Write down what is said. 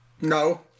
No